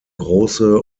große